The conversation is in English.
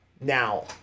Now